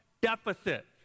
deficit